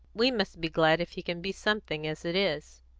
we must be glad if he can be something, as it is.